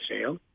sale